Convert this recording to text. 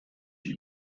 die